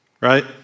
Right